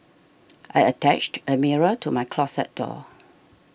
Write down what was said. I attached a mirror to my closet door